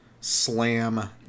slam